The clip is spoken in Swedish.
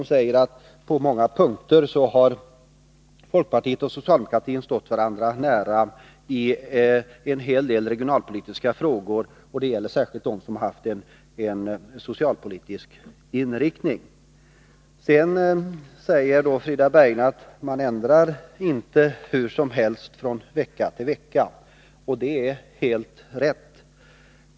Och jag menar att Frida Berglund har helt rätt när hon säger att folkpartiet och socialdemokratin på många punkter har stått varandra nära i en hel del regionalpolitiska frågor. Det gäller särskilt de frågor som haft en socialpolitisk inriktning. Sedan säger Frida Berglund att man inte ändrar inställning hur som helst, från vecka till vecka, och det är helt rätt.